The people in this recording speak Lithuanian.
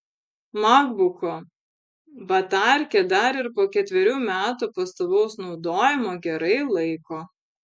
makbuko batarkė dar ir po ketverių metų pastovaus naudojimo gerai laiko